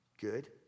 Good